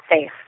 safe